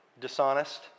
dishonest